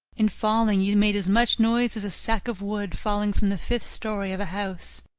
in falling, he made as much noise as a sack of wood falling from the fifth story of a house.